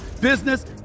business